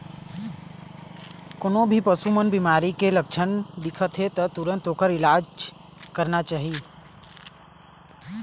कोनो भी पशु म बिमारी के लक्छन दिखत हे त तुरत ओखर इलाज करना चाही